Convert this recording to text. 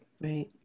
Right